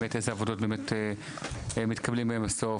איזה עבודות באמת מתקבלים בהם בסוף,